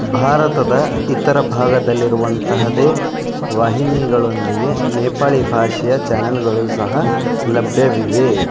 ಭಾರತದ ಇತರ ಭಾಗದಲ್ಲಿರುವಂತಹದ್ದೆ ವಾಹಿನಿಗಳೊಂದಿಗೆ ನೇಪಾಳಿ ಭಾಷೆಯ ಚನಲ್ಗಳು ಸಹ ಲಭ್ಯವಿವೆ